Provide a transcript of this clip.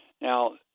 Now